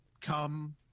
come